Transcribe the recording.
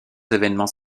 événements